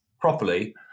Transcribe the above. properly